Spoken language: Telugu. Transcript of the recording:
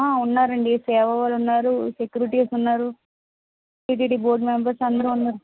ఉన్నారండి సేవావోలున్నారు సెక్యూరిటీస్ ఉన్నారు టీటీడీ బోర్డ్ మెంబర్స్ అందరూ ఉన్నారు